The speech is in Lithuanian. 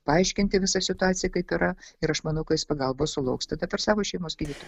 paaiškinti visą situaciją kaip yra ir aš manau kad jis pagalbos sulauks tada per savo šeimos gydytoją